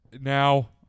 now